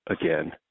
again